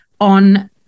on